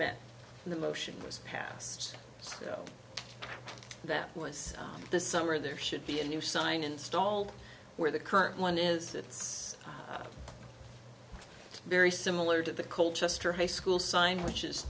met the motion was passed so that was the summer there should be a new sign installed where the current one is that's very similar to the cole chester high school sign which is